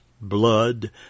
blood